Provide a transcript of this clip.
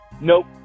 Nope